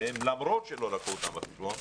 ולמרות שלא לקחו אותם בחשבון,